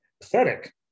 Pathetic